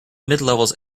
midlevels